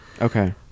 Okay